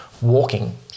walking